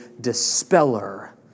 dispeller